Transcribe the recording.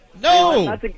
No